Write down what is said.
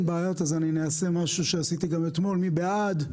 אין בעיות, אז אעשה משהו שעשיתי גם אתמול מי בעד?